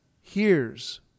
hears